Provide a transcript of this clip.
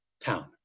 town